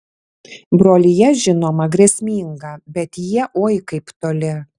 brolija žinoma grėsminga bet jie oi kaip toli